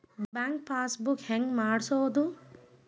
Bank passbook ಹೆಂಗ್ ಮಾಡ್ಸೋದು?